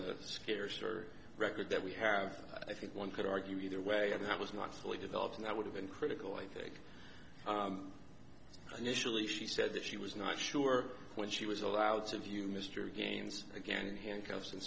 the scarcer record that we have i think one could argue either way that was not fully developed and i would have been critical i think usually she said that she was not sure when she was allowed to view mr games again in handcuffs and